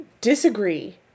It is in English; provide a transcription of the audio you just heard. disagree